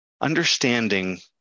understanding